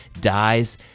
dies